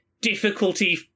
Difficulty